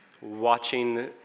watching